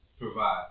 provide